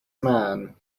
man